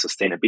sustainability